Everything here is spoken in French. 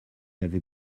avait